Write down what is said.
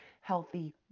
healthy